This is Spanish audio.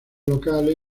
locales